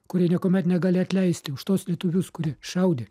kurie niekuomet negali atleisti už tuos lietuvius kurie šaudė